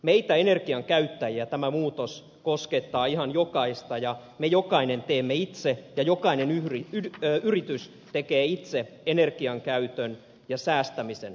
meitä energian käyttäjiä tämä muutos koskettaa ihan jokaista ja me jokainen teemme itse ja jokainen yritys tekee itse energian käytön ja säästämisen valinnat